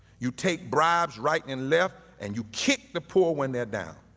you take bribes right and left and you kick the poor when they're down.